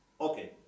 Okay